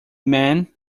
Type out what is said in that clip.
man